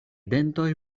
dentoj